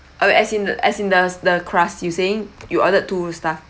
uh as in as in the the crust you saying you ordered two stuffed